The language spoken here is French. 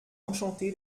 enchantée